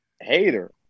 hater